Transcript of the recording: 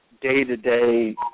day-to-day